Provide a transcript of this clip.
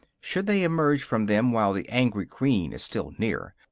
should they emerge from them while the angry queen is still near,